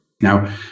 Now